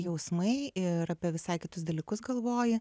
jausmai ir apie visai kitus dalykus galvoji